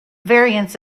variants